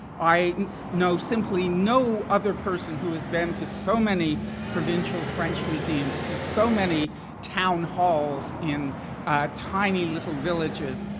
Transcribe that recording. i know simply no other person who has been to so many provincial french museums, to so many town halls in tiny little villages,